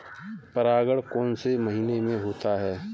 परागण कौन से महीने में होता है?